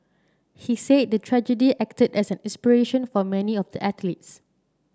he said the tragedy acted as an inspiration for many of the athletes